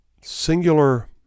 singular